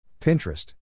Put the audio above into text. Pinterest